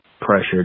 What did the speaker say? pressured